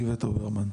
גברת אוברמן.